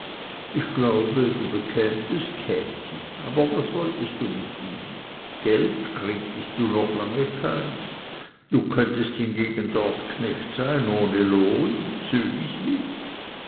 ich glaube du bekämest käthi aber was wolltest du mit ihm geld kriegtest noch lange keins du könntest hingegen dort knecht sein ohne lohn sühniswyb